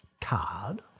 Card